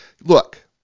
Look